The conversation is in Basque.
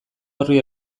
horri